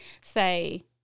say